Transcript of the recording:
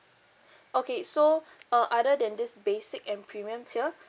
okay so uh other than this basic and premium tier